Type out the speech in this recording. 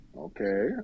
Okay